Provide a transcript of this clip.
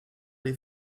les